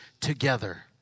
together